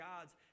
gods